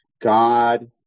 God